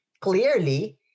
clearly